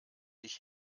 ich